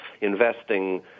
investing